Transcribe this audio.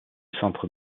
centre